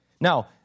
Now